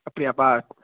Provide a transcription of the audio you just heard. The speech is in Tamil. அப்படியாப்பா